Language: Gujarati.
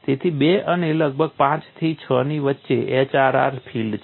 તેથી 2 અને લગભગ 5 થી 6 ની વચ્ચે HRR ફીલ્ડ છે